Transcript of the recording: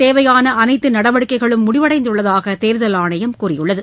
தேவையான அனைத்து நடவடிக்கைகளும் முடிவடைந்துள்ளதாக தேர்தல் ஆணையம் இதற்கு கூறியுள்ளது